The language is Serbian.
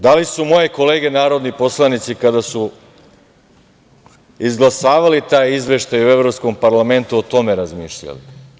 Da li su moje kolege narodni poslanici, kada su izglasavali taj izveštaj Evropskog parlamenta o tome razmišljali?